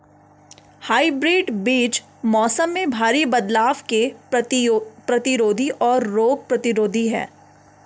hybrid बीज मौसम में भारी बदलाव के प्रतिरोधी और रोग प्रतिरोधी हैं